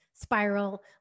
spiral